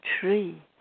tree